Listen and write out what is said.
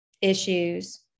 issues